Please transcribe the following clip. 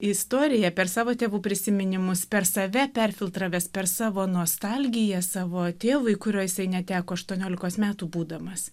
istoriją per savo tėvų prisiminimus per save perfiltravęs per savo nostalgiją savo tėvui kurio jisai neteko aštuoniolikos metų būdamas